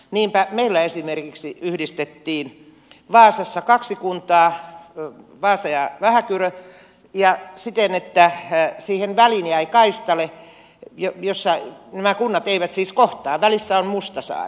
niinpä meillä esimerkiksi yhdistettiin vaasassa kaksi kuntaa vaasa ja vähäkyrö siten että siihen väliin jäi kaistale jossa nämä kunnat eivät siis kohtaa välissä on mustasaari